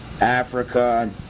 Africa